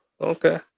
okay